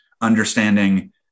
understanding